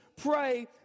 pray